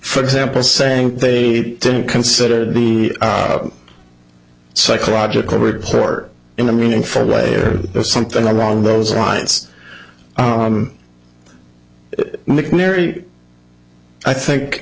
for example saying they didn't consider the psychological report in a meaningful way or something along those lines mcnairy i think